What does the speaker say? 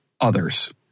others